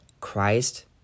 Christ